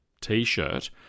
t-shirt